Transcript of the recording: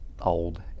old